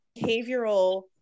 behavioral